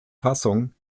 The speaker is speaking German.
fassung